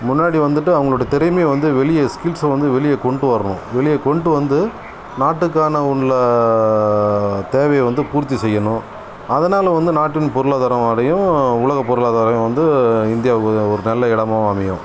முன்னாடி வந்துட்டு அவங்களுடைய திறமையை வந்து வெளியே ஸ்கில்ஸை வந்து வெளியே கொண்டு வரணும் வெளியே கொண்டுவந்து நாட்டுக்கான உள்ள தேவையை வந்து பூர்த்தி செய்யணும் அதனால் வந்து நாட்டின் பொருளாதாரம் அடையும் உலக பொருளாதாரம் வந்து இந்தியாவுக்கு ஒரு நல்ல இடமாகவும் அமையும்